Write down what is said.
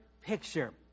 picture